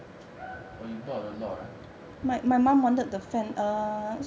oh you bought a lot ah